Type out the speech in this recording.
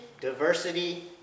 diversity